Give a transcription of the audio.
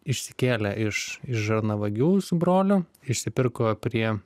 išsikėlė iš iš žarnavagių su broliu išsipirko prie